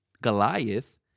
Goliath